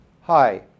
Hi